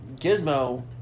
Gizmo